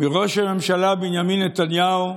מראש הממשלה בנימין נתניהו.